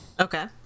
Okay